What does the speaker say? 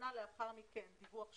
שנה לאחר מכן דיווח שני,